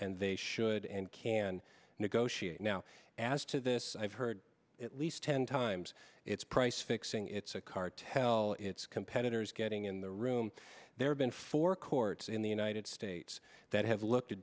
and they should and can negotiate now as to this i've heard at least ten times its price fixing it's a cartel its competitors getting in the room there have been four courts in the united states that have looked